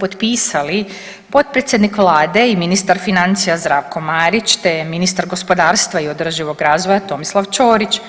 potpisali potpredsjednik vlade i ministar financija Zdravko Marić, te ministar gospodarstva i održivog razvoja Tomislav Ćorić.